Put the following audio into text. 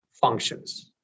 functions